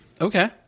Okay